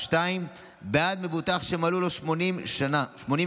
2. בעד מבוטח שמלאו לו 80 שנים,